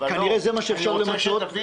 כנראה זה מה שאפשר למצות.